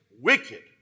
wicked